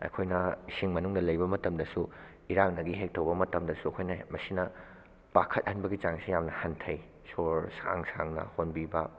ꯑꯩꯈꯣꯏꯅꯤ ꯏꯁꯤꯡ ꯃꯅꯨꯡꯗ ꯂꯩꯕ ꯃꯇꯝꯗꯁꯨ ꯏꯔꯥꯛꯅꯒꯦ ꯍꯦꯛ ꯇꯧꯕ ꯃꯇꯝꯗꯁꯨ ꯑꯩꯈꯣꯏꯅ ꯃꯁꯤꯅ ꯄꯥꯈꯠꯍꯟꯕꯒꯤ ꯆꯥꯡꯁꯤ ꯌꯥꯝꯅ ꯍꯟꯊꯩ ꯁꯣꯔ ꯁꯥꯡꯅ ꯁꯥꯡꯅ ꯍꯣꯟꯕꯤꯕ